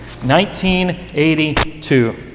1982